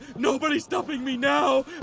nobody's stopping me now!